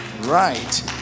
Right